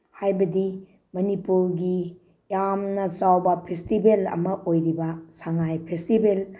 ꯍꯥꯏꯕꯗꯤ ꯃꯅꯤꯄꯨꯔꯒꯤ ꯌꯥꯝꯅ ꯆꯥꯎꯕ ꯐꯦꯁꯇꯤꯚꯦꯜ ꯑꯃ ꯑꯣꯏꯔꯤꯕ ꯁꯉꯥꯏ ꯐꯦꯁꯇꯤꯚꯦꯜ